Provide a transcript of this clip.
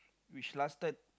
which lasted